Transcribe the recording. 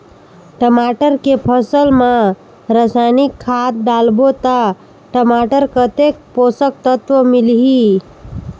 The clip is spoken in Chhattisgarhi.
टमाटर के फसल मा रसायनिक खाद डालबो ता टमाटर कतेक पोषक तत्व मिलही?